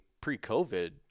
pre-covid